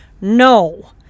No